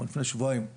או לפני שבועיים,